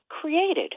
created